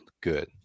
good